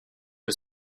que